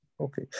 Okay